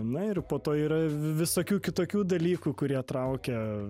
na ir po to yra visokių kitokių dalykų kurie traukia